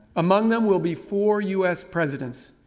among them will be four u s. presidents,